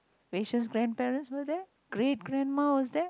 wei-sheng's grandparents were there great grandma was there